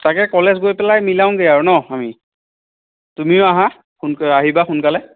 তাকে কলেজ গৈ পেলাই মিলাওঁগৈ আৰু ন' আমি তুমিও আহা সোন আহিবা সোনকালে